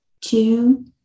two